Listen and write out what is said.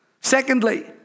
Secondly